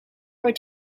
were